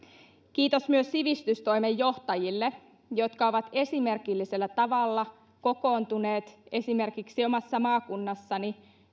kiitos myös sivistystoimenjohtajille jotka ovat esimerkillisellä tavalla kokoontuneet esimerkiksi omassa maakunnassani